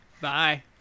Bye